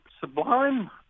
sublime